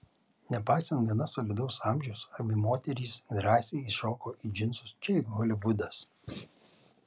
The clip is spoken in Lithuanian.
nepaisant gana solidaus amžiaus abi moterys drąsiai įšoko į džinsus čia juk holivudas